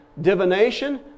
divination